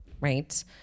Right